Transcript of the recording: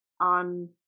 on